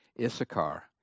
Issachar